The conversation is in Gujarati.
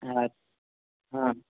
હા હા